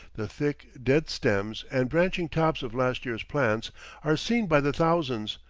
the thick, dead stems and branching tops of last year's plants are seen by the thousands,